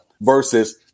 versus